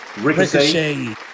Ricochet